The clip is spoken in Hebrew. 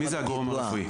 מי זה הגורם הרפואי?